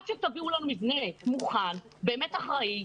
תביאו לנו מבנה מוכן ובאמת אחראי,